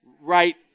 right